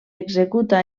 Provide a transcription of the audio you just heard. executa